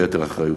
ביתר אחריות.